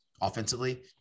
offensively